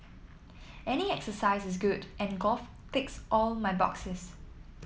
any exercise is good and golf ticks all my boxes